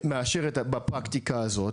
מאפשר בפרקטיקה הזאת,